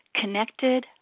connected